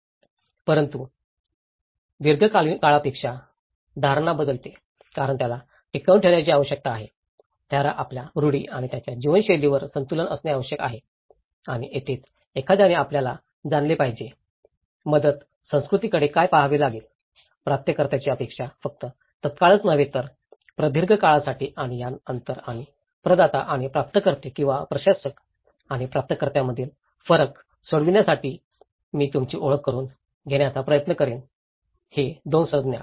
परंतु दीर्घकाळापर्यंत धारणा बदलते कारण त्याला टिकवून ठेवण्याची आवश्यकता आहे त्याला आपल्या रूढी आणि त्याच्या जीवनशैलीवर संतुलन असणे आवश्यक आहे आणि येथेच एखाद्याने आपल्याला जाणले पाहिजे मदत संस्कृतीकडे काय पहावे लागेल प्राप्तकर्त्याची अपेक्षा फक्त तत्काळच नव्हे तर प्रदीर्घ काळासाठी आणि या अंतर आणि प्रदाता आणि प्राप्तकर्ते किंवा प्रशासक आणि प्राप्तकर्त्यांमधील फरक सोडविण्यासाठी मी तुमची ओळख करुन घेण्याचा प्रयत्न करेन हे 2 संज्ञा